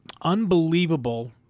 unbelievable